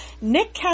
Nick